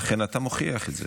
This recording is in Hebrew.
אכן אתה מוכיח את זה: